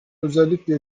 özellikle